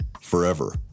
forever